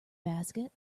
basket